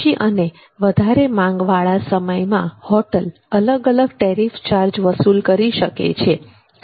ઓછી અને વધારે માંગવાળા સમયમા હોટેલ અલગ અલગ ટેરીફ ચાર્જ વસુલ કરી શકે છે